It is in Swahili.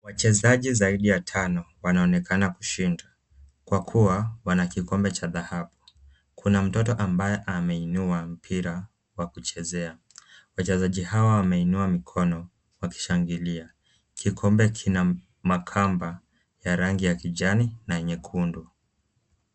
Wachezaji zaidi ya Tano, ndio wanaonekana kushinda kwa kuwa wana kikombe cha dhahabu, Kuna mtoto ambaye ameinua mpira wa kuchezea, wachezaji hawa wameinua mikono wakishangilia. Kikombe kina makamba ya rangi ya kijani na nyekundu.